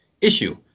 issue